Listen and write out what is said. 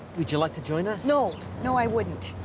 would you like to join us? no. no i wouldn't.